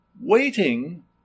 waiting